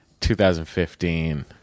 2015